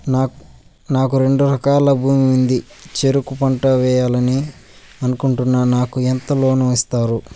నాకు రెండు ఎకరాల భూమి ఉంది, చెరుకు పంట వేయాలని అనుకుంటున్నా, నాకు ఎంత లోను ఇస్తారు?